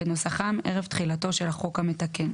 כנוסחם ערב תחילתו של החוק המתקן."